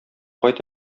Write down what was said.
кайт